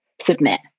submit